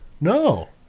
No